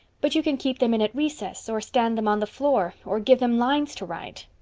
but you can keep them in at recess or stand them on the floor or give them lines to write.